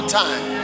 time